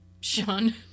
Sean